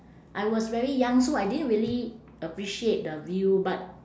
I was very young so I didn't really appreciate the view but